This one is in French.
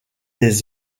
des